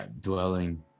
dwelling